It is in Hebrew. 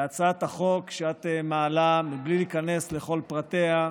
והצעת החוק שאת מעלה, בלי להיכנס לכל פרטיה,